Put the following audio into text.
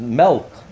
melt